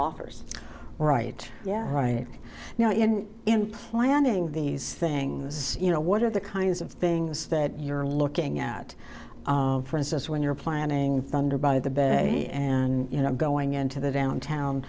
offers right yeah right now and in planning these things you know what are the kinds of things that you're looking at for instance when you're planning thunder by the bay and you know going into the downtown